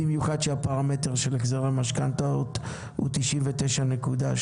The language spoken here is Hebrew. במיוחד כשהפרמטר של החזרי המשכנתאות הוא 99.8%,